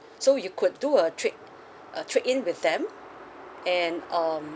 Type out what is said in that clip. so you could do a trade uh trade in with them and um